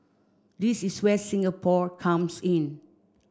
this is where Singapore comes in